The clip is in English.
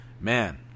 man